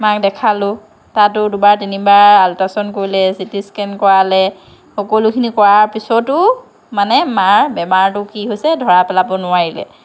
মাক দেখালোঁ তাতো দুবাৰ তিনিবাৰ আল্ট্ৰাচাউণ্ড কৰিলে চিটি স্কেন কৰালে সকলোখিনি কৰাৰ পিছতো মানে মাৰ বেমাৰটো কি হৈছে ধৰা পেলাব নোৱাৰিলে